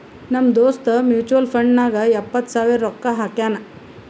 ನಮ್ ದೋಸ್ತ mutual fund ನಾಗ್ ಎಪ್ಪತ್ ಸಾವಿರ ರೊಕ್ಕಾ ಹಾಕ್ಯಾನ್